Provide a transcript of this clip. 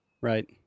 right